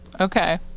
Okay